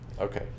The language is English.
okay